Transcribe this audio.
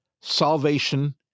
salvation